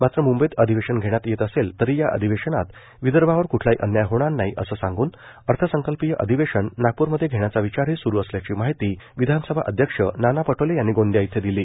माञ म्ंबईत अधिवेशन घेण्यात येत असेल तरी या अधिवेशनात विदर्भावर क्ठलाही अन्याय होणार नाही असं सांगून अर्थसंकल्पीय अधिवेशन नागपूर मध्ये घेण्याचा विचारही सुरू असल्याची माहिती विधासभा अध्यक्ष नाना पटोले यांनी गोंदीया इथं दिली